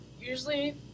usually